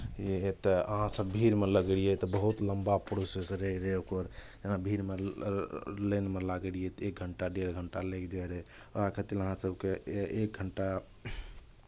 गेलियैए तऽ अहाँसभ भीड़मे लगलियै तऽ बहुत लम्बा प्रोसेस रहैत रहै ओकर जेना भीड़मे लाइनमे लागै रहियै तऽ एक घण्टा डेढ़ घण्टा लागि जाइत रहै ओकरा खातिर अहाँ सभके ए एक घण्टा